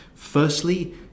Firstly